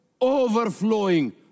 overflowing